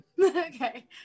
Okay